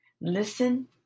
Listen